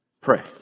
pray